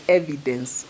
evidence